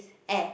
air